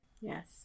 Yes